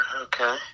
okay